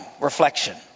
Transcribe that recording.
Reflection